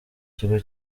ikigo